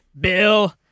Bill